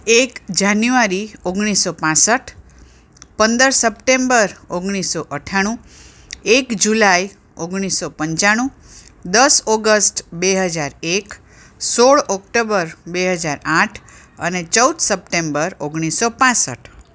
એક જાન્યુઆરી ઓગણી સો પાંસઠ પંદર સપ્ટેમ્બર ઓગણીસ સો અઠ્ઠાણું એક જુલાઇ ઓગણીસસો પંચાણુ દસ ઓગસ્ટ બે હજાર એક સોળ ઓકટોબર બે હજાર આઠ અને ચૌદ સપ્ટેમ્બર ઓગણીસ સો પાંસઠ